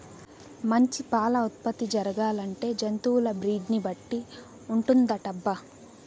మంచి పాల ఉత్పత్తి జరగాలంటే జంతువుల బ్రీడ్ ని బట్టి ఉంటుందటబ్బా